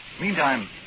Meantime